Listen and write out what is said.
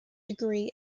degree